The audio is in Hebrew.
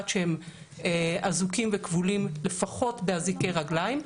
כשהם אזוקים וכבולים לפחות באזיקי רגליים,